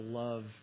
love